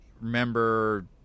remember